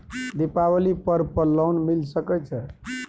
दीपावली पर्व पर लोन मिल सके छै?